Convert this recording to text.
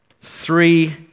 Three